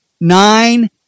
nine